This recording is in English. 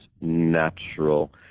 natural